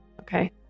Okay